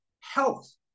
health